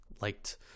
liked